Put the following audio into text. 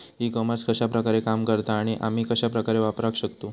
E commerce कश्या प्रकारे काम करता आणि आमी कश्या प्रकारे वापराक शकतू?